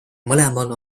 mõlemal